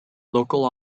local